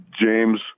James